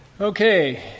Okay